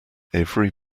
every